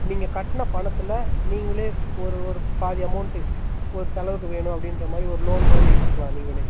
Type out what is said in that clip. நீங்கள் கட்டின பணத்தில் நீங்களே ஒரு ஒரு பாதி அமௌண்ட்டு ஒரு செலவுக்கு வேணும் அப்படின்ற மாதிரி ஒரு லோன் மாதிரி எடுத்துக்கலாம் நீங்களே